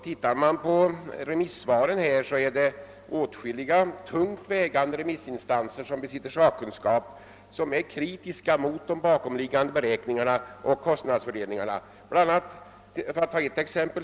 Läser man remissvaren finner man att åtskilliga tungt vägande remissinstanser som besitter stor sakkunskap är kritiska mot de bakomliggande be räkningarna av kostnadsfördelningen.